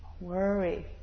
worry